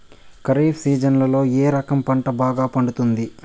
ఖరీఫ్ సీజన్లలో ఏ రకం పంట బాగా పండుతుంది